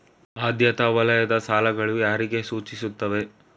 ಆದ್ಯತಾ ವಲಯದ ಸಾಲಗಳು ಯಾರಿಗೆ ಸೂಚಿಸುತ್ತವೆ?